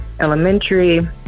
elementary